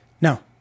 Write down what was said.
No